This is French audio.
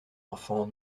enfant